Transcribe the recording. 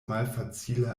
malfacile